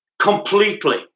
completely